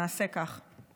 נעשה כך.